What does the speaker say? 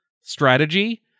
strategy